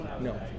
no